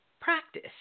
practice